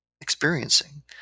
experiencing